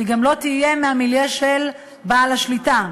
היא גם לא תהיה מהמיליה של בעל השליטה.